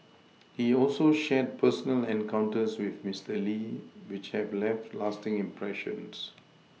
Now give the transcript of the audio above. he also shared personal encounters with Mister Lee which have left lasting impressions